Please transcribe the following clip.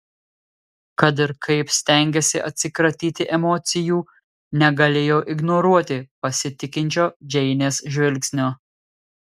kad ir kaip stengėsi atsikratyti emocijų negalėjo ignoruoti pasitikinčio džeinės žvilgsnio